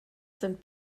sind